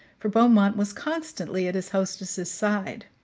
for beaumont was constantly at his hostess's side.